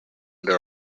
there